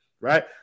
right